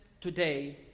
today